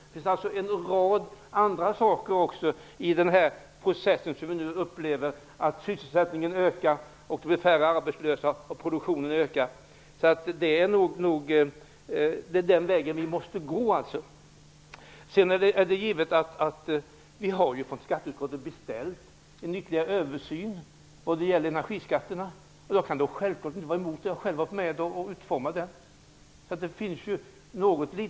Det finns även en rad andra saker i den process som vi nu upplever som bidrar till att sysselsättningen ökar, att det blir färre arbetslösa och att produktionen ökar. Det är alltså den vägen som vi måste gå. Det är givet att vi från skatteutskottet har beställt en ytterligare översyn av energiskatterna. Det är självklart att jag inte kan vara emot denna översyn, eftersom jag själv har varit med om att utforma den.